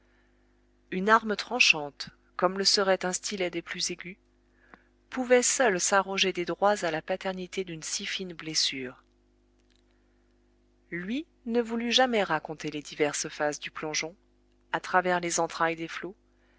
une arme tranchante comme le serait un stylet des plus aigus pouvait seule s'arroger des droits à la paternité d'une si fine blessure lui ne voulut jamais raconter les diverses phases du plongeon à travers les entrailles des flots